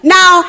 Now